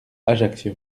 ajaccio